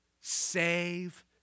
save